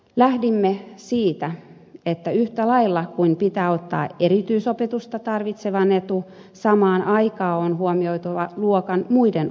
lähdimme siitä että yhtä lailla kuin pitää ottaa erityisopetusta tarvitsevan etu samaan aikaan on huomioitava luokan muiden oppilaiden etu